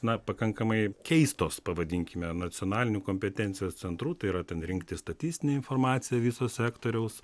na pakankamai keistos pavadinkime nacionalinių kompetencijos centrų tai yra ten rinkti statistinę informaciją viso sektoriaus